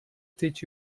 teach